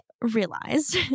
realized